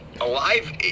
Alive